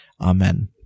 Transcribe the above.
Amen